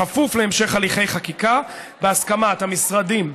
בכפוף להמשך הליכי חקיקה, בהסכמת המשרדים: